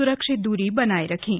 सुरक्षित दूरी बनाए रखें